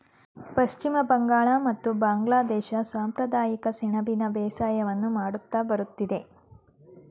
ಪಶ್ಚಿಮ ಬಂಗಾಳ ಮತ್ತು ಬಾಂಗ್ಲಾದೇಶ ಸಂಪ್ರದಾಯಿಕವಾಗಿ ಸೆಣಬಿನ ಬೇಸಾಯವನ್ನು ಮಾಡುತ್ತಾ ಬರುತ್ತಿದೆ